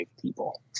people